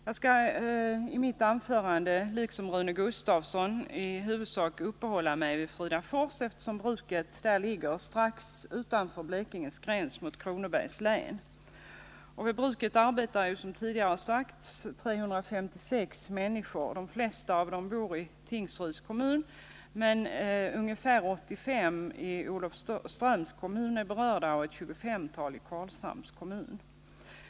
Jag skall i mitt anförande, liksom Rune Gustavsson, i huvudsak uppehålla mig vid Fridafors, eftersom bruket där ligger strax utanför Blekinges gräns mot Kronobergs län. Vid bruket arbetar, som tidigare sagts, 356 människor, varav de flesta är bosatta i Tingsryds kommun. Ungefär 85 personer i Olofströms kommun och ca ett tjugofemtal i Karlshamns kommun tillhör också dessa anställda.